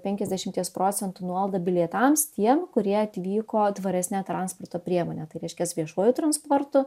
penkiasdešimties procentų nuolaidą bilietams tiem kurie atvyko tvaresne transporto priemone tai reiškias viešuoju transportu